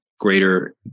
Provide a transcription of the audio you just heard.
greater